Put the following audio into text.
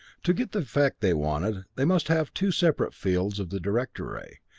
to get the effect they wanted, they must have two separate fields of the director ray,